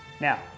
Now